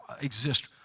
exist